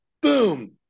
boom